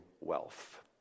wealth